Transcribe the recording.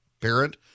Parent